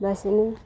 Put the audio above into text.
ᱵᱟᱥ ᱤᱱᱟᱹ